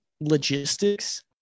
logistics